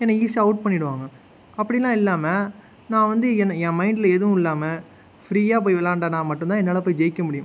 என்னை ஈஸியாக அவுட் பண்ணிவிடுவாங்க அப்படிலாம் இல்லாமல் நான் வந்து என் மைண்டில் எதுவும் இல்லாமல் ப்ரியாக போய் விளாண்டன்னா மட்டுந்தான் என்னால் போய் ஜெயிக்க முடியும்